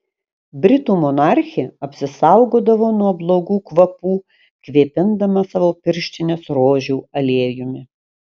britų monarchė apsisaugodavo nuo blogų kvapų kvėpindama savo pirštines rožių aliejumi